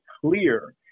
clear